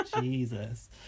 Jesus